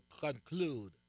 conclude